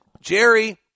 Jerry